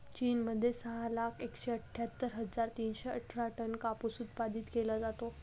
चीन मध्ये सहा लाख एकशे अठ्ठ्यातर हजार तीनशे अठरा टन कापूस उत्पादित केला जातो